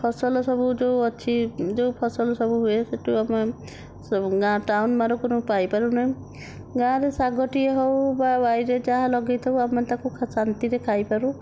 ଫସଲ ସବୁ ଯେଉଁ ଅଛି ଯେଉଁ ଫସଲ ସବୁ ହୁଏ ସେଇଠୁ ଆମେ ସବୁ ଗାଁ ଟାଉନ ମାନଙ୍କରୁ ପାଇପାରୁ ନାହୁଁ ଗାଁରେ ଶାଗ ଟିଏ ହେଉ ବା ବାଡ଼ିରେ ଯାହା ଲଗେଇଥାଉ ଆମେ ତାକୁ ଶାନ୍ତିରେ ଖାଇପାରୁ